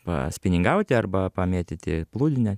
paspiningauti arba pamėtyti plūdinę